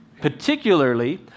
Particularly